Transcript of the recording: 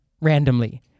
randomly